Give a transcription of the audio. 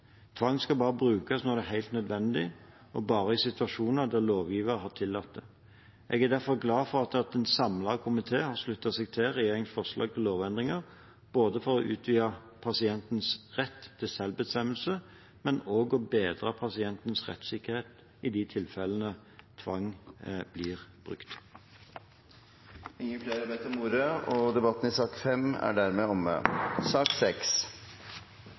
Tvang skal bare brukes når det er helt nødvendig, og bare i situasjoner der lovgiver har tillatt det. Jeg er derfor glad for at en samlet komité har sluttet seg til regjeringens forslag til lovendringer for å utvide pasientens rett til selvbestemmelse, men også for å bedre pasientens rettssikkerhet i de tilfellene tvang blir brukt. Flere har ikke bedt om ordet til sak nr. 5. Norge var tidlig ute med å ha sjeldenhet med i